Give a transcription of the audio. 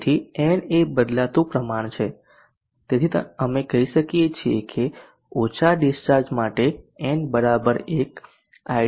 તેથી n એ બદલાતું પ્રમાણ છે તેથી અમે કહીએ છીએ કે ઓછા ડીસ્ચાર્જ માટે n 1 id ઓછી છે